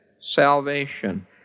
salvation